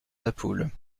napoule